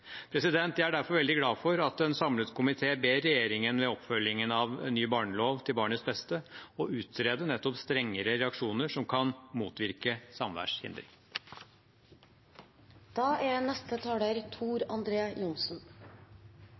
Jeg er derfor veldig glad for at en samlet komité ber regjeringen ved oppfølgingen av NOU 2020:14 Ny barnelov – Til barnets beste å utrede nettopp strengere reaksjoner som kan motvirke samværshindring. Dette er